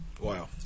wow